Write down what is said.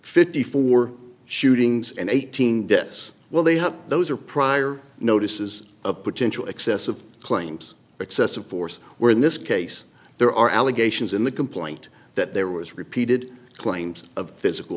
fifty four shootings and eighteen this well they have those are prior notices of potential excessive claims excessive force where in this case there are allegations in the complaint that there was repeated claims of physical